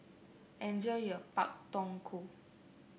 enjoy your Pak Thong Ko